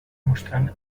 mostrant